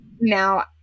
Now